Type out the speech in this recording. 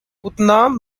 putnam